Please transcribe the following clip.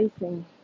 facing